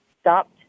stopped